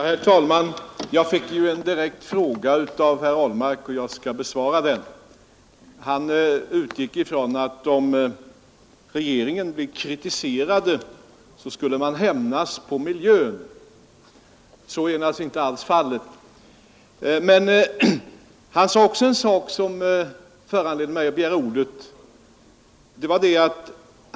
Herr talman! Jag fick en direkt fråga av herr Ahlmark, och jag skall besvara den. Han utgick ifrån att om regeringen blev kritiserad så skulle den hämnas på miljön. Så är naturligtvis inte alls fallet. Men han sade också en annan sak, och det var det som föranledde mig att begära ordet.